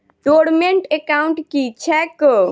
Dormant account की छैक?